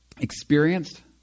experienced